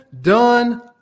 done